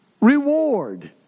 reward